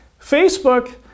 Facebook